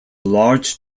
large